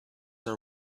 are